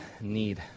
need